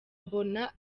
mbona